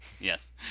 Yes